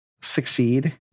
succeed